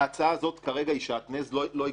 ההצעה הזאת כרגע היא שעטנז לא הגיוני,